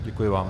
Děkuji vám.